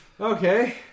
Okay